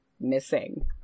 ...missing